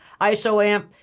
ISOAMP